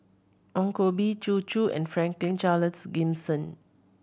Ong Koh Bee Zhu Xu and Franklin Charles Gimson